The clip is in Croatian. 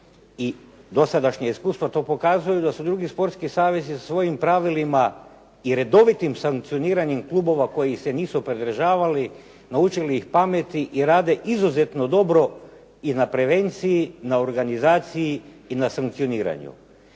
i dosadašnja iskustva to pokazuju da su drugi sportski savezi svojim pravilima i redovitim sankcioniranjem klubova koji se nisu pridržavali naučili ih pameti i rade izuzetno dobro i na prevenciji, na organizaciji i na sankcioniranju.